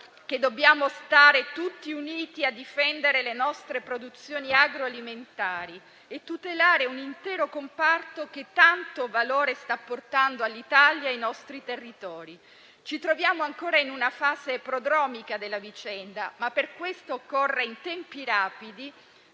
dobbiamo stare tutti uniti, a difendere le nostre produzioni agroalimentari e tutelare un intero comparto che tanto valore sta portando all'Italia e ai nostri territori. Ci troviamo ancora in una fase prodromica della vicenda, ma per questo occorre, in tempi rapidi,